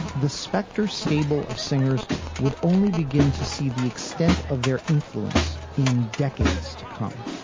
the specter stable of singers would only begin to see the extent of their influence in decades to come